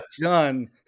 done